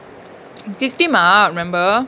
victim ah remember